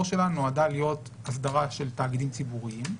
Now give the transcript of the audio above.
שלה נועדה להיות הסדרה של תאגידים ציבוריים,